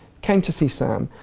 came to see sam.